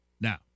Now